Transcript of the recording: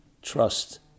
trust